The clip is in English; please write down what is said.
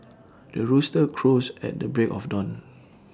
the rooster crows at the break of dawn